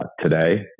today